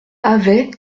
avait